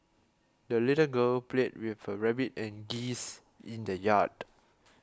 the little girl played with her rabbit and geese in the yard